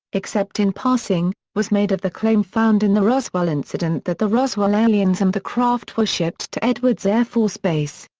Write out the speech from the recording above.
except in passing, was made of the claim found in the roswell incident that the roswell aliens and the craft were shipped to edwards air force base.